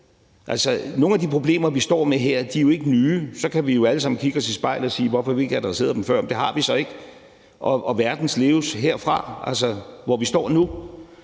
nogle af de problemer, vi står med her, er jo ikke nye. Så kan vi jo alle sammen kigge os i spejlet og spørge: Hvorfor har vi ikke adresseret dem før? Men det har vi så ikke, og verden leves herfra, hvor vi står nu.